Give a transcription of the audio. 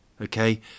okay